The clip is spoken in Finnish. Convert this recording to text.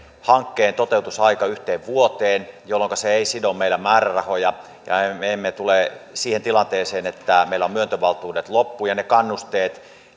hankkeen toteutusaika yhteen vuoteen jolloinka se ei sido meillä määrärahoja ja me emme tule siihen tilanteeseen että meillä on myöntövaltuudet loppu ja niitä kannusteita